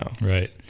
Right